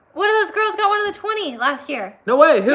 one of those girls got one of the twenty last year. no way, who?